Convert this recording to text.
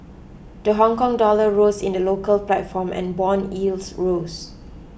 the Hongkong dollar rose in the local platform and bond yields rose